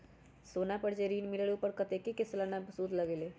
सोना पर जे ऋन मिलेलु ओपर कतेक के सालाना सुद लगेल?